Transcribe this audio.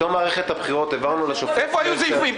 בתום מערכת הבחירות העברנו לשופט --- איפה היו זיופים?